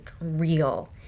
real